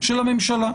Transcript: של הממשלה.